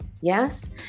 yes